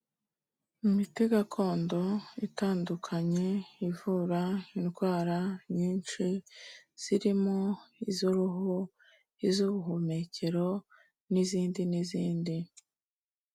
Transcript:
Imiti gakondo itandukanye ivura indwara nyinshi zirimo iz'u ruhu, iz'ubuhumekero n'izindi n'izindi.